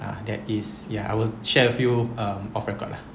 uh that is ya I will share with you um off record lah